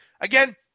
again